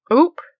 Oop